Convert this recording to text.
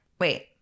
Wait